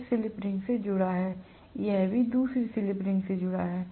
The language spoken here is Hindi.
तो यह स्लिप रिंग से जुड़ा है यह भी दूसरी स्लिप रिंग से जुड़ा है